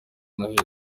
noheli